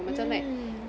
mm